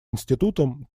институтом